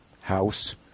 house